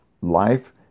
life